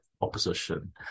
opposition